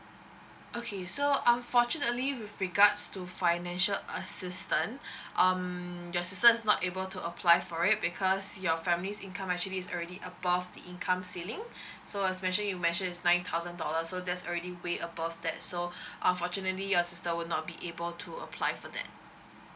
okay so unfortunately with regards to financial assistance um your sister is not able to apply for it because your family's income actually is already above the income ceiling so as mentioned you mentioned it's nine thousand dollar so that's already way above that so unfortunately your sister will not be able to apply for that